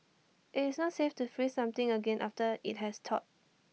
IT is not safe to freeze something again after IT has thawed